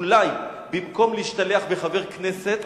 אולי במקום להשתלח בחבר כנסת,